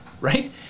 right